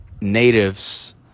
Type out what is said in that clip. natives